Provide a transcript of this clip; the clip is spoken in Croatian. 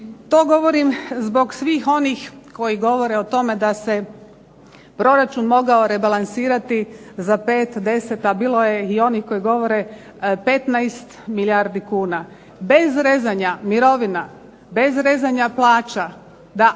To govorim zbog svih onih koji govore o tome da se proračun mogao rebalansirati za 5, 10, a bilo je i onih koji govore 15 milijardi kuna. Bez rezanja mirovina, bez rezanja plaća da